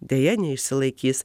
deja neišsilaikys